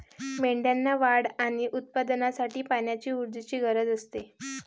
मेंढ्यांना वाढ आणि उत्पादनासाठी पाण्याची ऊर्जेची गरज असते